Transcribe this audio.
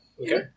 Okay